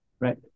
right